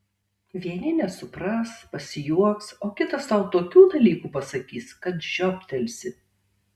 vieni nesupras pasijuoks o kitas tau tokių dalykų pasakys kad žioptelsi